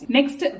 Next